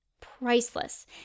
priceless